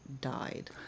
died